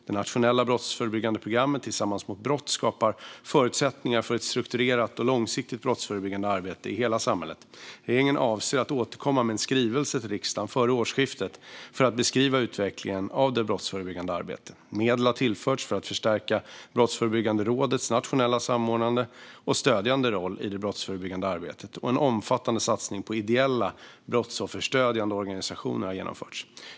Det nationella brottsförebyggande programmet Tillsammans mot brott skapar förutsättningar för ett strukturerat och långsiktigt brottsförebyggande arbete i hela samhället. Regeringen avser att återkomma med en skrivelse till riksdagen före årsskiftet för att beskriva utvecklingen av det brottsförebyggande arbetet. Medel har tillförts för att förstärka Brottsförebyggande rådets nationella samordnande och stödjande roll i det brottsförebyggande arbetet, och en omfattande satsning på ideella brottsofferstödjande organisationer har genomförts.